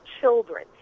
children